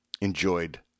enjoyed